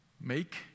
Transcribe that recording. Make